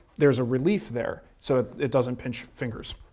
there's a relief there so it doesn't pinch fingers.